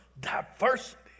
diversity